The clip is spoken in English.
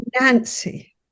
nancy